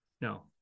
No